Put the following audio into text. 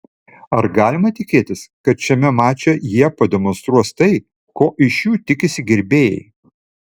ar galima tikėtis kad šiame mače jie pademonstruos tai ko iš jų tikisi gerbėjai